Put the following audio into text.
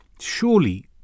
surely